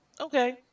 Okay